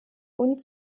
und